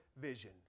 vision